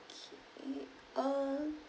okay uh